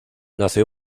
nació